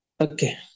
Okay